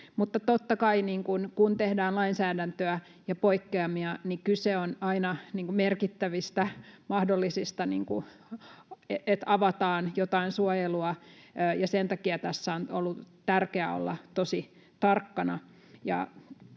Mutta, totta kai, kun tehdään lainsäädäntöä ja poikkeamia, niin kyse on aina merkittävistä mahdollisuuksista sille, että avataan jotain suojelua. Sen takia tässä on ollut tärkeää olla tosi tarkkana.